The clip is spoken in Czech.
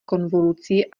konvolucí